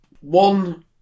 one